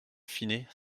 fine